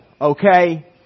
okay